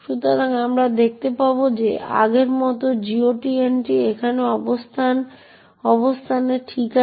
সুতরাং আমরা দেখতে পাব যে আগের মতো GOT এন্ট্রি এখানে অবস্থানে ঠিক আছে